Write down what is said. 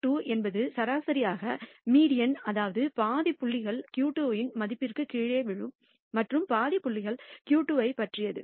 Q2 என்பது சரியாக median அதாவது பாதி புள்ளிகள் Q2 இன் மதிப்பிற்குக் கீழே விழும் மற்றும் பாதி புள்ளிகள் Q2 ஐப் பற்றியது